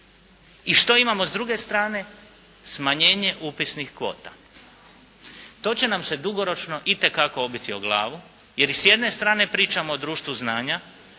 I što imamo s druge strane? Smanjenje upisnih kvota. To će nam se dugoročno itekako obiti o glavu, jer s jedne strane pričamo o društvu znanja